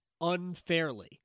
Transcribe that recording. unfairly